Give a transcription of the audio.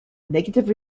negative